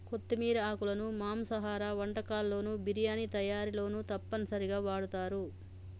కొత్తిమీర ఆకులను మాంసాహార వంటకాల్లోను బిర్యానీ తయారీలోనూ తప్పనిసరిగా వాడుతారు